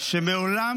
שמעולם